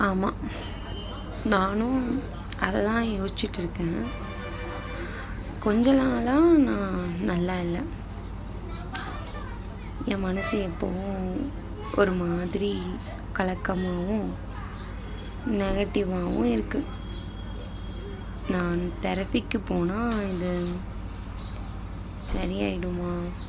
ஆமாம் நானும் அதை தான் யோசிச்சுட்டுருக்கேன் கொஞ்சம் நாளாக நான் நல்லா இல்லை என் மனசு எப்பவும் ஒரு மாதிரி கலக்கமாகவும் நெகட்டிவாகவும் இருக்குது நான் தெரபிக்கு போனால் இது சரி ஆகிடுமா